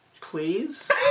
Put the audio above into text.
Please